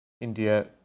India